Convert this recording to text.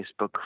Facebook